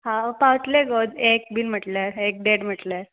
हांव पावतले गो एक बीन म्हटल्यार एक देड म्हटल्यार